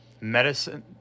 medicine